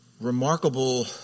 Remarkable